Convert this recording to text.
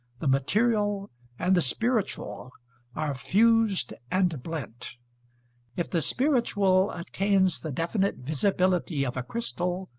the material and the spiritual are fused and blent if the spiritual attains the definite visibility of a crystal,